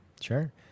Sure